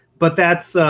but that's,